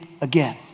again